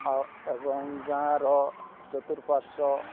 ଆଉ ଏବଂ ଗାଁର ଚତୁଃପାର୍ଶ୍ଵ